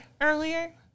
earlier